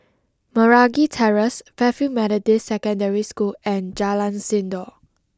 Meragi Terrace Fairfield Methodist Secondary School and Jalan Sindor